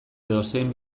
edozein